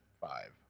five